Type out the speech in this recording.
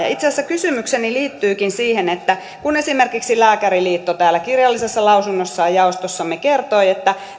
itse asiassa kysymykseni liittyykin siihen että esimerkiksi lääkäriliitto kirjallisessa lausunnossaan jaostossamme kertoi että